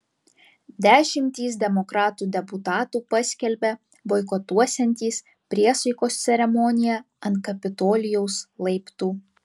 dešimtys demokratų deputatų paskelbė boikotuosiantys priesaikos ceremoniją ant kapitolijaus laiptų